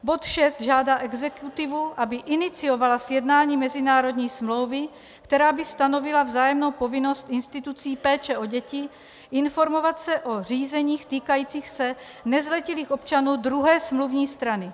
Bod 6 žádá exekutivu, aby iniciovala sjednání mezinárodní smlouvy, která by stanovila vzájemnou povinnost institucí péče o děti informovat se o řízeních týkajících se nezletilých občanů druhé smluvní strany.